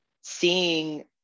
seeing